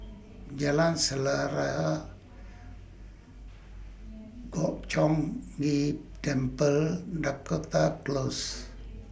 Jalan God Chong Ghee Temple Dakota Close